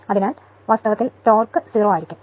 അതിനാൽ ടോർക് വാസ്തവത്തിൽ 0 ആയിരിക്കും